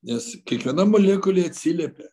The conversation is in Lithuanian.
nes kiekviena molekulė atsiliepia